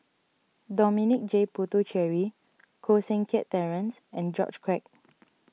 Dominic J Puthucheary Koh Seng Kiat Terence and George Quek